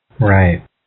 Right